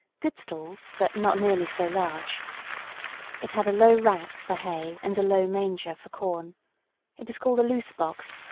good stalls, but not nearly so large it had a low rack for hay and a low manger for corn it was called a loose box,